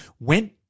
went